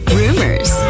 rumors